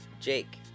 Jake